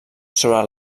sobre